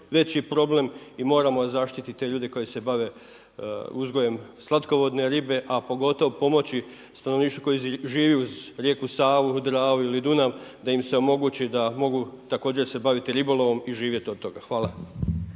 veći problem i moramo zaštititi te ljude koji se bave uzgojem slatkovodne ribe, a pogotovo pomoći stanovništvu koje živi uz rijeku Savu, Dravu ili Dunav da im se omogući da mogu također se baviti ribolovom i živjeti od toga. Hvala.